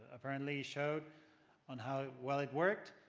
apparently showed on how well it worked.